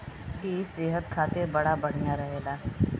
इ सेहत खातिर बड़ा बढ़िया रहेला